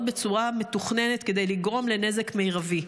בצורה מתוכננת כדי לגרום לנזק מרבי.